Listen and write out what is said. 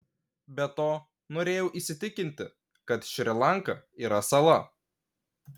be to norėjau įsitikinti kad šri lanka yra sala